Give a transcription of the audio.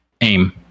aim